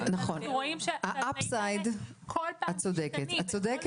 שאנחנו רואים הם כל פעם משתנים.